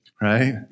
Right